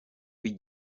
w’i